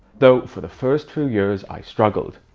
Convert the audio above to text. though, for the first few years i struggled.